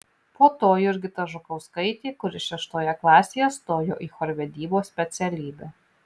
po to jurgita žukauskaitė kuri šeštoje klasėje stojo į chorvedybos specialybę